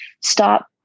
stop